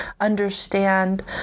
understand